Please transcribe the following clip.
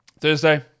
Thursday